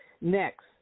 Next